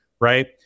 right